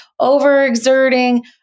overexerting